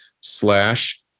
slash